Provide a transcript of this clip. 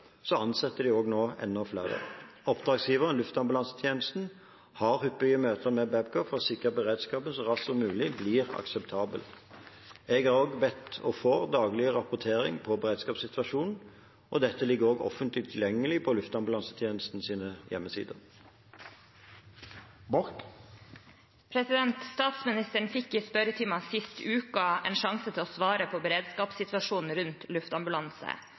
ansetter de nå enda flere. Oppdragsgiveren, Luftambulansetjenesten, har hyppige møter med Babcock for å sikre at beredskapen så raskt som mulig blir akseptabel. Jeg har også bedt om – og får – daglig rapportering om beredskapssituasjonen. Dette ligger også offentlig tilgjengelig på Luftambulansetjenestens hjemmesider. Statsministeren fikk i spørretimen sist uke en sjanse til å svare på beredskapssituasjonen rundt